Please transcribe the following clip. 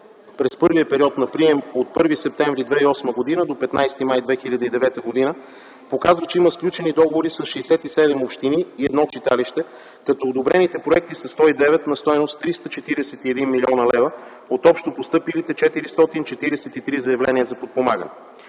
през първия период на прием от 1 септември 2008 г. до 15 май 2009 г. показва, че има сключени договори с 67 общини и 1 читалище, като одобрените проекти са 109 на стойност 341 млн. лв. от общо постъпилите 443 заявления за подпомагане.